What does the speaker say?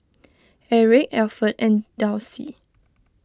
Eric Alford and Dulcie